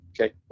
Okay